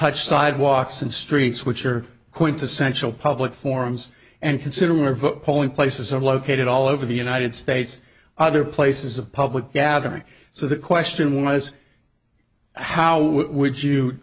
touch sidewalks and streets which are quintessential public forums and consider polling places are located all over the united states other places of public gatherings so the question was how would you